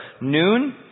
noon